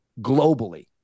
globally